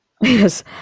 Yes